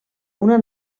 una